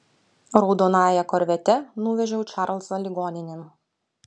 raudonąja korvete nuvežiau čarlzą ligoninėn